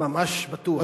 ממש בטוח.